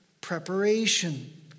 preparation